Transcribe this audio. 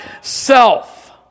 self